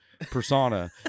persona